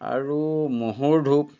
আৰু মহৰ ধূপ